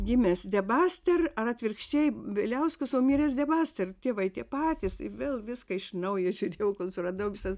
gimęs debaster ar atvirkščiai bieliauskas miręs debaster tėvai tie patys ir vėl viską iš naujo žiūrėjau kol suradau visas